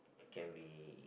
can be